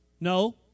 No